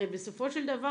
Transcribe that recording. הרי בסופו של דבר